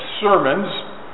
sermons